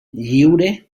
lliure